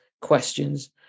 questions